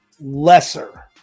lesser